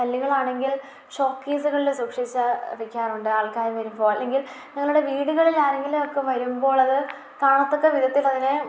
കല്ലുകളാണെങ്കിൽ ഷോക്കേസുകളിൽ സൂക്ഷിച്ചു വെക്കാറുണ്ട് ആൾക്കാർ വരുമ്പോൾ അല്ലെങ്കിൽ ഞങ്ങളുടെ വീടുകളിൽ ആരെങ്കിലൊക്കെ വരുമ്പോഴത് കാണത്തക്ക വിധത്തിലതിനെ